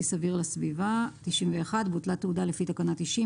סביר לסביבה בוטלה תעודה לפי תקנה 90,